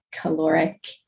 caloric